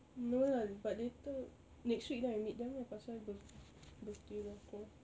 no lah but later next week then I meet them lah pasal birth~ birthday lah keluar